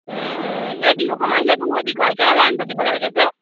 এই বিহু সময় হ'লে বহুত দীঘলকৈ লাইন পাতিবগৈ লাগে যে